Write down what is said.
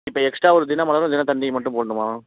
இப்போ எக்ஸ்டா ஒரு தினமலரும் தினத்தந்தியும் மட்டும் போடணுமா